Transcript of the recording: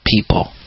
people